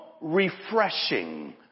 refreshing